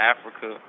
Africa